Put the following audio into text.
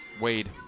Wade